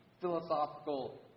philosophical